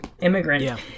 immigrant